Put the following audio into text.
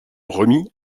remis